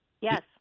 Yes